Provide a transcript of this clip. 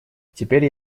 теперь